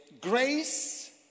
grace